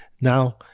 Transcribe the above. now